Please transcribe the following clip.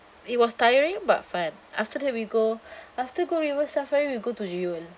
it was tiring but fun after that we go after go river safari we go to jewel